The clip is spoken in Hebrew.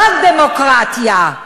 זאת דמוקרטיה.